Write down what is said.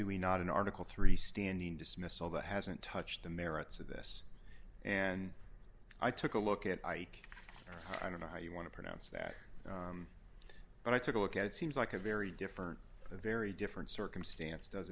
do we not in article three standing dismissal that hasn't touched the merits of this and i took a look at ike i don't know how you want to pronounce that but i took a look at it seems like a very different a very different circumstance does